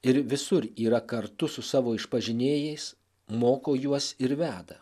ir visur yra kartu su savo išpažinėjais moko juos ir veda